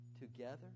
together